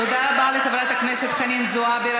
תודה רבה לחברת הכנסת חנין זועבי.